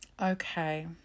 Okay